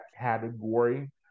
category